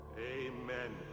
amen